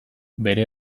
bere